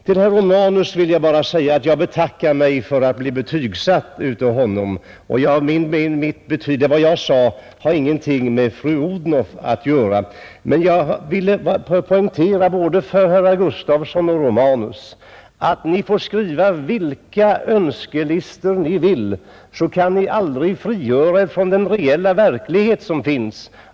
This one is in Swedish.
Till herr Romanus vill jag sedan säga att jag betackar mig för att bli betygsatt av honom. Vad jag sade hade ingenting med statsrådet fru Odhnoff att göra. Och jag vill poängtera för både herr Gustavsson i Alvesta och herr Romanus att ni får skriva vilka önskelistor ni vill; ni kan ändå aldrig frigöra er från den reella verkligheten.